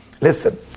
listen